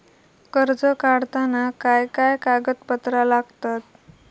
कर्ज काढताना काय काय कागदपत्रा लागतत?